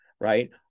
right